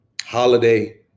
holiday